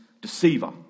deceiver